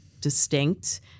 distinct